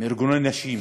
מארגוני נשים,